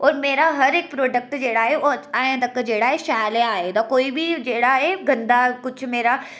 होर मेरा हर इक प्रोडक्ट जेह्डा ओह् अजें तक जेह्ड़ा ऐ शैल ऐ आए दा कोई बी जेह्ड़ा ऐ गंदा कुछ मेरा